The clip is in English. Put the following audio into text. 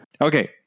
Okay